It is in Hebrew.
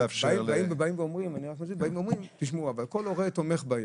באים ואומרים, תשמעו, אבל כל הורה תומך בילד.